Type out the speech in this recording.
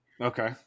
Okay